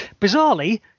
Bizarrely